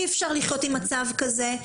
אי אפשר לחיות עם מצב כזה.